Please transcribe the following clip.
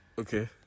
Okay